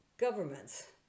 governments